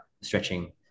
stretching